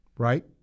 right